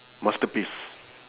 masterpiece